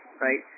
right